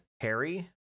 Harry